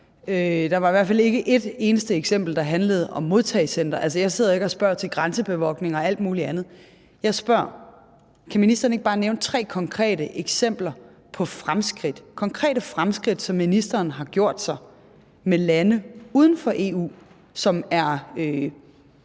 Der var i hvert fald ikke et eneste eksempel, der handlede om modtagecentre. Jeg sidder altså ikke og spørger til grænsebevogtning og alt muligt andet. Jeg spørger: Kan ministeren ikke bare nævne tre konkrete eksempler på fremskridt, konkrete fremskridt, som ministeren har gjort sig med lande uden for EU, som meget,